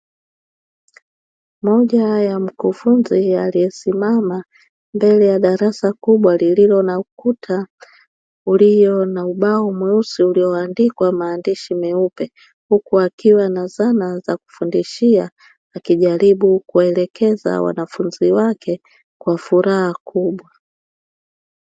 Mmoja wa wakufunzi aliyesimama mbele ya darasa kubwa, lililo na ukuta ulio na ubao mweusi ulioandikwa maandishi meupe, huku akiwa na zana za kufundishia akijaribu kuelekeza wanafunzi wake kwa furaha kubwa.